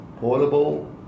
portable